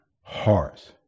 hearts